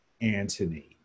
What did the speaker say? Antony